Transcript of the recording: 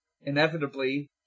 Inevitably